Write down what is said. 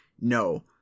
no